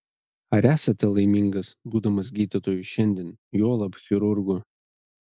ar esate laimingas būdamas gydytoju šiandien juolab chirurgu